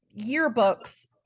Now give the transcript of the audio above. yearbooks